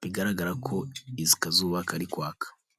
bigaragara ko akazuba kari kwaka.